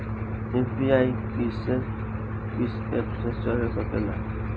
UPI किस्से कीस app से चल सकेला?